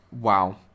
Wow